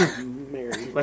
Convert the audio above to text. Mary